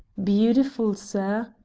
bee-utiful, sir,